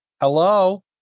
Hello